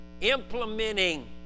implementing